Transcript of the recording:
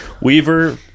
Weaver